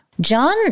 John